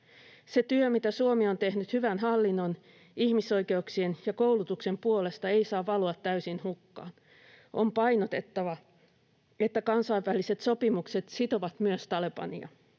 Se työ, mitä Suomi on tehnyt hyvän hallinnon, ihmisoikeuksien ja koulutuksen puolesta, ei saa valua täysin hukkaan. On painotettava, että kansainväliset sopimukset sitovat myös Talebania.